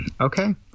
Okay